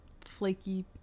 flaky